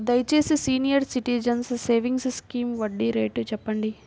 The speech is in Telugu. దయచేసి సీనియర్ సిటిజన్స్ సేవింగ్స్ స్కీమ్ వడ్డీ రేటు చెప్పండి